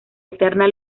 eterna